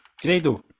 Credo